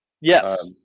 Yes